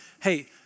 Hey